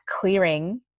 clearing